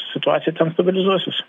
situacija ten stabilizuosis